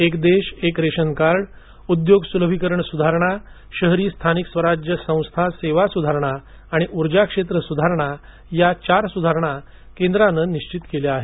एक देश एक रेशन कार्ड यंत्रणा उद्योग सुलभीकरण सुधारणा शहरी स्थानिक स्वराज्य संस्था सेवा सुधारणा आणि ऊर्जा क्षेत्र सुधारणा या चार सुधारणा केंद्रानं निश्वित केल्या आहेत